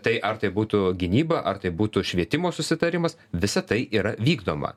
tai ar tai būtų gynyba ar tai būtų švietimo susitarimas visa tai yra vykdoma